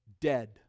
dead